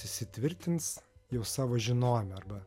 įsitvirtins jau savo žinojime arba